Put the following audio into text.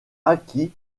acquis